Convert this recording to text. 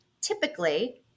typically